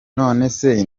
nonese